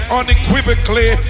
unequivocally